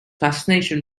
fascination